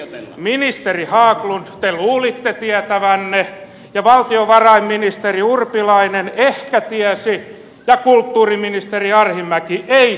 ministeri haglund te luulitte tietävänne ja valtiovarainministeri urpilainen ehkä tiesi ja kulttuuriministeri arhinmäki ei tiennyt